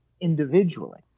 individually